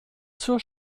zur